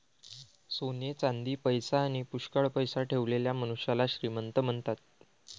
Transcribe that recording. सोने चांदी, पैसा आणी पुष्कळ पैसा ठेवलेल्या मनुष्याला श्रीमंत म्हणतात